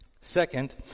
Second